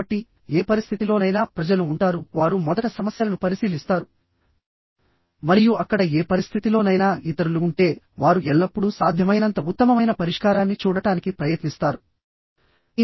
కాబట్టి ఏ పరిస్థితిలోనైనా ప్రజలు ఉంటారు వారు మొదట సమస్యలను పరిశీలిస్తారు మరియు అక్కడ ఏ పరిస్థితిలోనైనా ఇతరులు ఉంటే వారు ఎల్లప్పుడూ సాధ్యమైనంత ఉత్తమమైన పరిష్కారాన్ని చూడటానికి ప్రయత్నిస్తారు